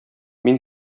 мин